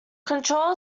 control